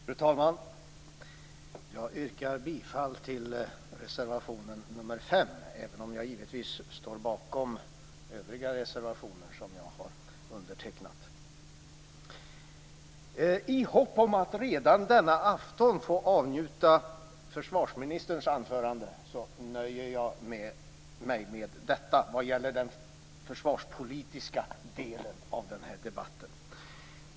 Fru talman! Jag yrkar bifall till reservation 5, även om jag givetvis står bakom övriga reservationer som jag har undertecknat. I hopp om att redan denna afton få avnjuta försvarsministerns anförande nöjer jag mig med detta vad gäller den försvarspolitiska delen av den här debatten.